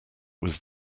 was